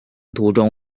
途中